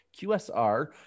QSR